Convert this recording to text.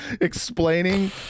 explaining